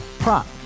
Prop